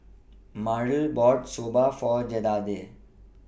Myrle bought Soba For Jedediah